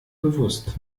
bewusst